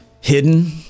hidden